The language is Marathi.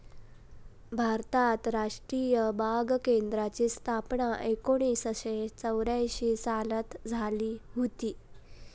भारतात राष्ट्रीय बाग केंद्राची स्थापना एकोणीसशे चौऱ्यांशी सालात झाली हुती